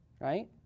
right